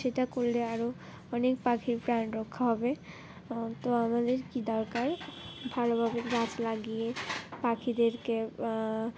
সেটা করলে আরও অনেক পাখির প্রাণ রক্ষা হবে তো আমাদের কী দরকার ভালোভাবে গাছ লাগিয়ে পাখিদেরকে